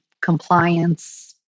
compliance